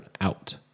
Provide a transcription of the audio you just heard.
out